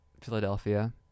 philadelphia